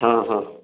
ہاں ہاں